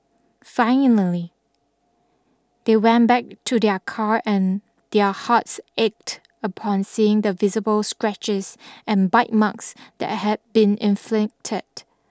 finally they went back to their car and their hearts ached upon seeing the visible scratches and bite marks that had been inflicted